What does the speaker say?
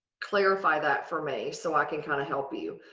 clarify that for me so i can kind of help you.